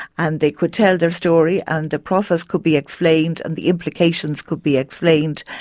and they could tell their story and the process could be explained and the implications could be explained.